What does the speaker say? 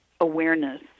awareness